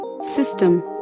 system